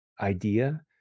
idea